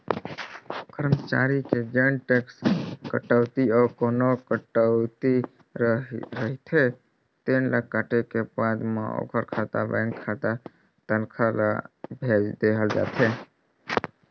करमचारी के जेन टेक्स कटउतीए अउ कोना कटउती रहिथे तेन ल काटे के बाद म ओखर खाता बेंक खाता तनखा ल भेज देहल जाथे